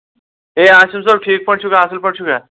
ہے آسف صٲب ٹھیٖک پٲٹھۍ چھُکھ اَصٕل پٲٹھۍ چھُکھ